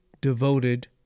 devoted